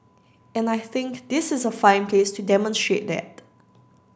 and I think this is a fine place to demonstrate that